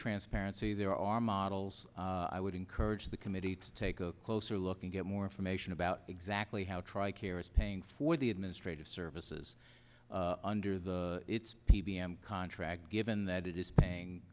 transparency there are models i would encourage the committee to take a closer look and get more information about exactly how tri care is paying for the administrative services under the p b m contract given that it is paying